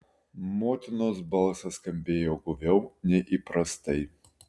motinos balsas skambėjo guviau nei įprastai